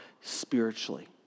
spiritually